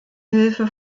hilfe